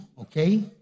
okay